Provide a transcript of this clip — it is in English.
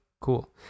Cool